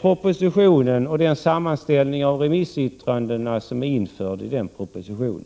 propositionen och den sammanställning av remissyttrandena som är införd där.